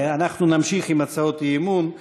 אנחנו נמשיך עם הצעות האי-אמון.